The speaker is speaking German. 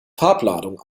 farbladung